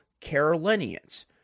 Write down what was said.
Carolinians